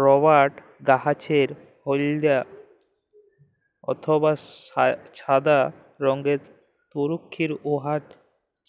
রবাট গাহাচের হইলদ্যা অথবা ছাদা রংয়ের তরুখির উয়ার